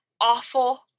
awful